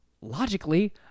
logically